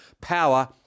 power